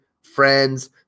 friends